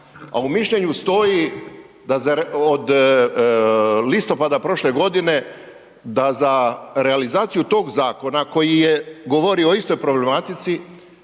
A u mišljenju stoji da od listopada prošle godine, da za realizaciju tog zakona, koji je govorio o istoj problematici,